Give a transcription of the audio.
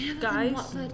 guys